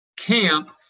camp